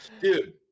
Dude